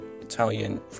Italian